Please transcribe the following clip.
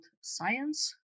science